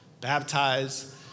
baptize